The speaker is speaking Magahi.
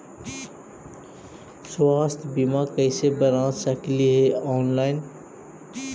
स्वास्थ्य बीमा कैसे बना सकली हे ऑनलाइन?